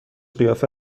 قیافه